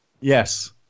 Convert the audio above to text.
yes